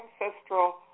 ancestral